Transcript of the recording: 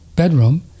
bedroom